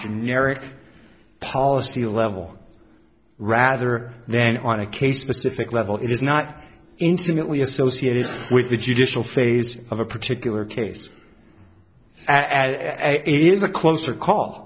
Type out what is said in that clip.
generic policy level rather than on a case specific level it is not incidentally associated with the judicial phase of a particular case and it is a closer call